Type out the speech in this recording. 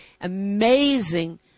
Amazing